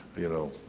you know,